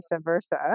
versa